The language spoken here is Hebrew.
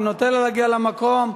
אני נותן לה להגיע למקום.